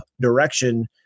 direction